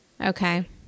Okay